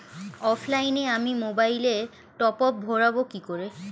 অফলাইনে আমি মোবাইলে টপআপ ভরাবো কি করে?